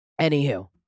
Anywho